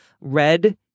red